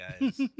guys